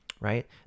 right